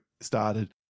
started